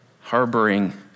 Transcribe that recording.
Harboring